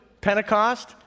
Pentecost